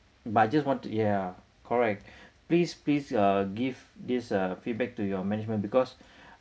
but I just want to ya correct please please uh give this uh feedback to your management because